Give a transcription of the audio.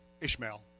Ishmael